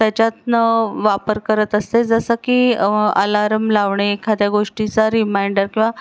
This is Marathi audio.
त्याच्यातनं वापर करत असते जसं की आलारम लावणे एखाद्या गोष्टीचा रिमाइंडर किंवा